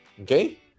okay